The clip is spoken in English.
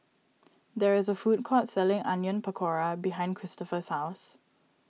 there is a food court selling Onion Pakora behind Kristofer's house